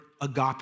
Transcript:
agape